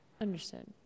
Understood